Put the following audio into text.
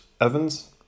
Evans